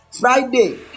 Friday